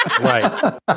Right